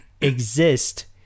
exist